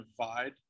divide